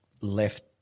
left